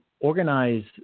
organize